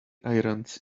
irons